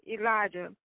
Elijah